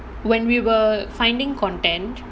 when we were finding content